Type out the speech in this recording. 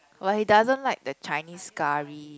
like he doesn't like the Chinese curry